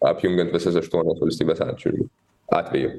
apjungiant visas aštuonias valstybes atžvilgiu atveju